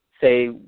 say